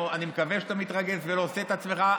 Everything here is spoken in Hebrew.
או שאני מקווה שאתה מתרגז ולא עושה את עצמך.